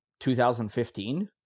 2015